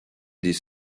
des